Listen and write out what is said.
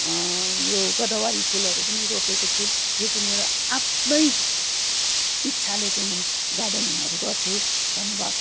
यो गोदावरी फुलहरू पनि रोपेको छु यो चाहिँ मेरो आफ्नै इच्छाले चाहिँ म गार्डनिङहरू गर्छु धन्यवाद